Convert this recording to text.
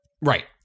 right